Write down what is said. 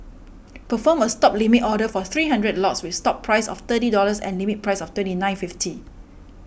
perform a stop Limit Order for three hundred lots with stop price of thirty dollars and limit price of thirty nine fifty